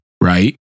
right